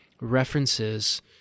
references